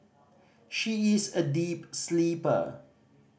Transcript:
she is a deep sleeper